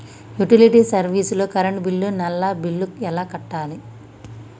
Utility service లో current bill, నల్లా bill ఎలా కట్టాలి?